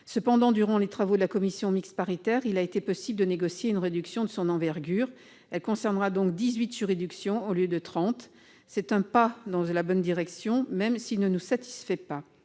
Cependant, durant les travaux de la commission mixte paritaire, il a été possible de négocier une réduction de son envergure. Elle concernera donc dix-huit juridictions au lieu de trente. C'est un pas dans la bonne direction, même s'il ne nous satisfait pas.